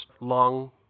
long